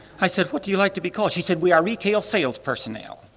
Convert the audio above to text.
i said, what do you like to be called? she said, we are retail sales personnel,